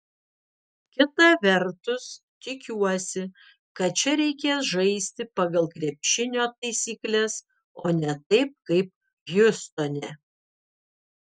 kita vertus tikiuosi kad čia reikės žaisti pagal krepšinio taisykles o ne taip kaip hjustone